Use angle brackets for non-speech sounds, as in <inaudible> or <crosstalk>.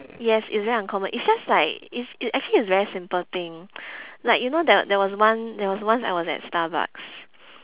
yes it's very uncommon it's just like it's it actually it's very simple thing <noise> like you know there there was one there was once I was at starbucks